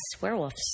werewolves